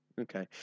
Okay